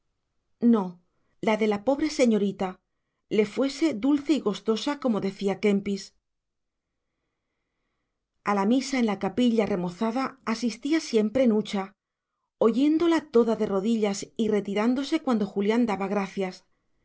no la de la pobre señorita le fuese dulce y gustosa como decía kempis a la misa en la capilla remozada asistía siempre nucha oyéndola toda de rodillas y retirándose cuando julián daba gracias